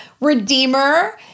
redeemer